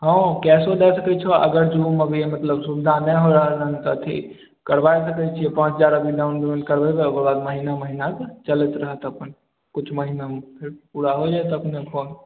हँ कैशो दऽ सकै छी अगर जॅं अभी मतलब सुबिधा नहि हो रहल हन तऽ ठीक करबाए सकै छी पॉॅंच हजार डाउन पेमेण्ट करबेबै ओकर बाद महिना महिनाकऽ चलैत रहत अपन किछु महिनामे फेर पुरा हो जायत अपनेके